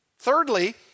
Thirdly